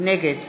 נגד